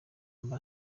amb